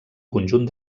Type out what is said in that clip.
conjunt